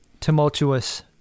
tumultuous